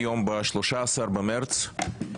היום ה-13 במרץ,